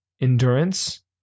endurance